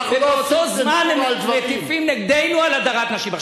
ובאותו זמן הם מטיפים נגדנו על הדרת נשים.